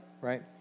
right